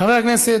חכה,